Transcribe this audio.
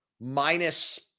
minus